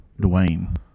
Dwayne